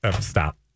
Stop